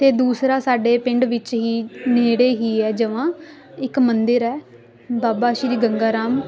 ਅਤੇ ਦੂਸਰਾ ਸਾਡੇ ਪਿੰਡ ਵਿੱਚ ਹੀ ਨੇੜੇ ਹੀ ਹੈ ਜਮਾਂ ਇੱਕ ਮੰਦਰ ਹੈ ਬਾਬਾ ਸ਼੍ਰੀ ਗੰਗਾ ਰਾਮ